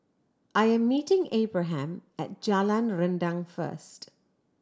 I am meeting Abraham at Jalan Rendang first